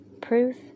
proof